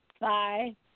Bye